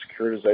securitization